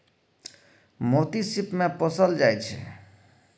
मोती सिप मे पोसल जाइ छै